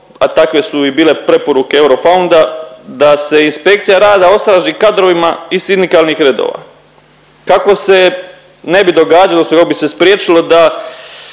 a takve su bile i preporuke Eurofounda da se inspekcija rada osnaži kadrovima iz sindikalnih redova, kako se ne bi događalo odnosno kako bi se spriječilo da